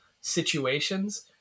situations